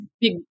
big